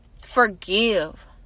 forgive